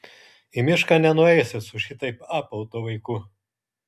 į mišką nenueisi su šitaip apautu vaiku